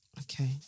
Okay